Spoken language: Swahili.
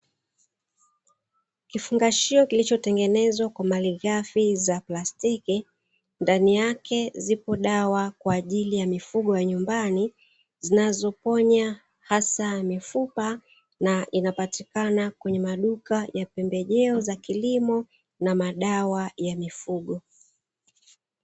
Kifungashio kilichotengenezwa kwa malighafi za plastiki, ndani yake zipo dawa kwa ajili ya mifugo ya nyumbani zinazoponya hasa mifupa, na inapatikana kwenye maduka ya pembejeo za kilimo na madawa ya mifugo.